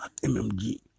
MMG